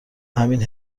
همین